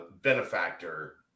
benefactor